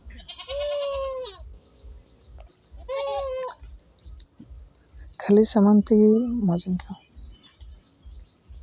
ᱠᱷᱟᱹᱞᱤ ᱥᱩᱱᱩᱢ ᱛᱮ ᱢᱚᱡᱤᱧ ᱟᱹᱭᱠᱟᱹᱣᱟ